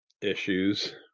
issues